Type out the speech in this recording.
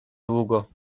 długo